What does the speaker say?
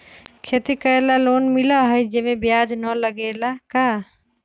खेती करे ला लोन मिलहई जे में ब्याज न लगेला का?